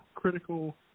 critical